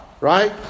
right